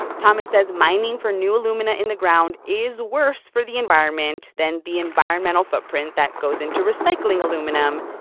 thomas says mining for new aluminum in the ground is worse for the environment than the environmental footprint that goes into recycling aluminum,